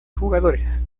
jugadores